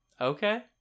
okay